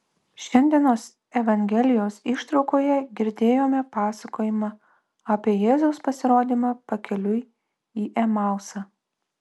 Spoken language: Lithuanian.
šiandienos evangelijos ištraukoje girdėjome pasakojimą apie jėzaus pasirodymą pakeliui į emausą